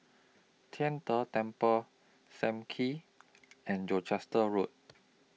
Tian De Temple SAM Kee and Gloucester Road